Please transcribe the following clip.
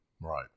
Right